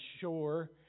shore